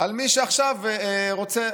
על מי שעכשיו רוצה,